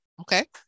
okay